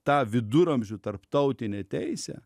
tą viduramžių tarptautinę teisę